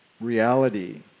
reality